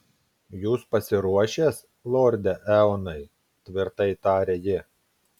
jūs pasiruošęs lorde eonai tvirtai tarė ji